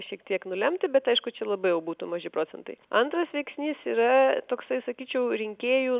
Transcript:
šiek tiek nulemti bet aišku čia labiau būtų maži procentai antras veiksnys yra toksai sakyčiau rinkėjų